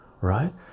right